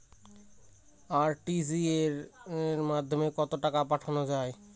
RTGS এর মাধ্যমে কত টাকা পাঠানো যায়?